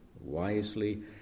wisely